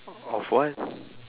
of what